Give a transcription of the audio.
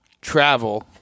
travel